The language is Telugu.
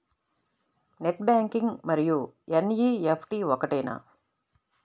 నెట్ బ్యాంకింగ్ మరియు ఎన్.ఈ.ఎఫ్.టీ ఒకటేనా?